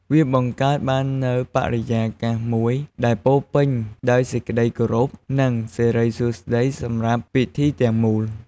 វាបង្កើតបាននូវបរិយាកាសមួយដែលពោរពេញដោយសេចក្តីគោរព និងសិរីសួស្តីសម្រាប់ពិធីទាំងមូល។